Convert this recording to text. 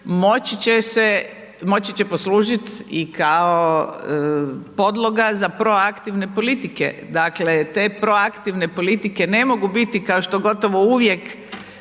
moći će poslužit i kao podloga za proaktivne politike, dakle te proaktivne politike ne mogu biti kao što gotovo uvijek